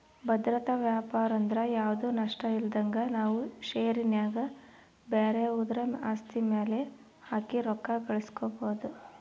ಭದ್ರತಾ ವ್ಯಾಪಾರಂದ್ರ ಯಾವ್ದು ನಷ್ಟಇಲ್ದಂಗ ನಾವು ಷೇರಿನ್ಯಾಗ ಬ್ಯಾರೆವುದ್ರ ಆಸ್ತಿ ಮ್ಯೆಲೆ ಹಾಕಿ ರೊಕ್ಕ ಗಳಿಸ್ಕಬೊದು